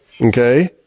okay